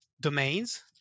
domains